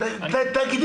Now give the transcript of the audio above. תגיד